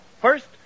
First